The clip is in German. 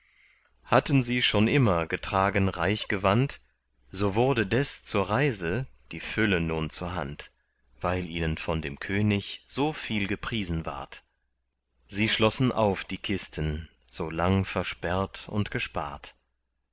hatten sie schon immer getragen reich gewand so wurde des zur reise die fülle nun zur hand weil ihnen von dem könig so viel gepriesen ward sie schlossen auf die kisten so lang versperrt und gespart